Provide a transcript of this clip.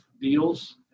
deals